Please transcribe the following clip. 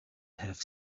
have